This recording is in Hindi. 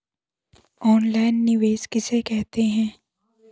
ऑनलाइन निवेश किसे कहते हैं?